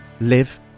live